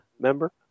member